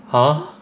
!huh!